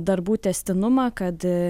darbų tęstinumą kad